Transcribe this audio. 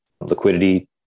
liquidity